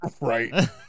right